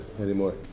anymore